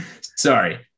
Sorry